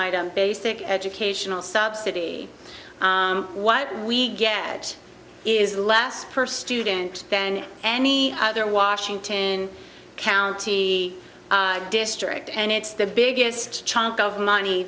item basic educational subsidy what we get is less per student than any other washington county district and it's the biggest chunk of money